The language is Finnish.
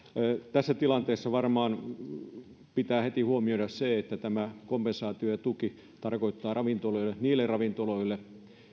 tässä tilanteessa varmaan pitää heti huomioida se että tämä kompensaatio ja tuki on tarkoitettu niille ravintoloille